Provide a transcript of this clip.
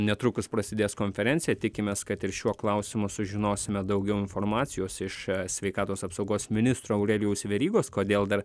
netrukus prasidės konferencija tikimės kad ir šiuo klausimu sužinosime daugiau informacijos iš sveikatos apsaugos ministro aurelijaus verygos kodėl dar